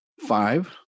Five